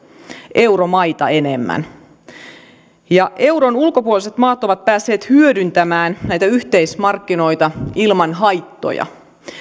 euromaita enemmän euron ulkopuoliset maat ovat päässeet hyödyntämään näitä yhteismarkkinoita ilman haittoja